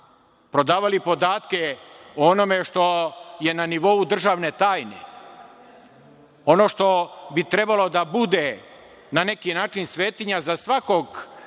Prodavali podatke o onome što je na nivou državne tajne. Ono što bi trebalo da bude na neki način svetinja za svakog drugog